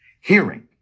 hearing